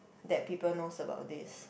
that people knows about this